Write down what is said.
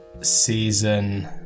season